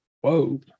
Whoa